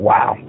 Wow